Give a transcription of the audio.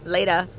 Later